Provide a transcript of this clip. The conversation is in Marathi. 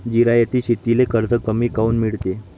जिरायती शेतीले कर्ज कमी काऊन मिळते?